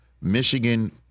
michigan